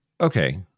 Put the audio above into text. okay